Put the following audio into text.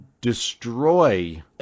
destroy